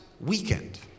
weekend